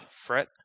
fret